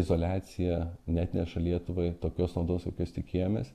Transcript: izoliacija neatneša lietuvai tokios naudos kokios tikėjomės